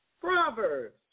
Proverbs